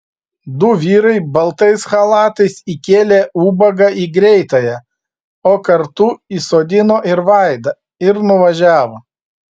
du vyrai baltais chalatais įkėlė ubagą į greitąją o kartu įsodino ir vaidą ir nuvažiavo